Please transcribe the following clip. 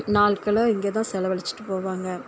நாள்களை இங்கே தான் செலவழிச்சிட்டு போவாங்க